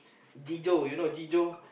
Jijo you know Jijo